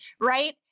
right